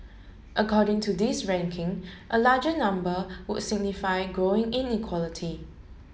according to this ranking a larger number would signify growing inequality